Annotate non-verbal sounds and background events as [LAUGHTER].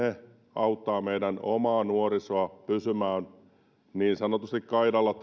auttavat meidän omaa nuorisoamme pysymään niin sanotusti kaidalla [UNINTELLIGIBLE]